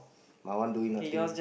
my one doing nothing